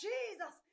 Jesus